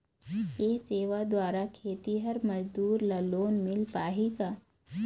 ये सेवा द्वारा खेतीहर मजदूर ला लोन मिल पाही का?